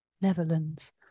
Netherlands